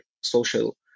social